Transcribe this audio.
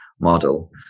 model